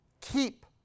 keep